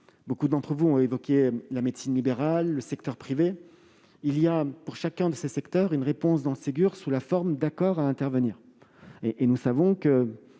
beaucoup d'entre vous ont évoqué la médecine libérale, le secteur privé. Il y a, pour chacun des secteurs, une réponse dans le Ségur sous la forme d'accords à venir. Pour ce qui